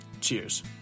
cheers